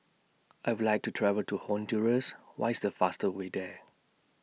I Would like to travel to Honduras What IS The faster Way There